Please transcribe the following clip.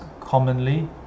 commonly